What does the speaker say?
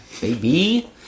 baby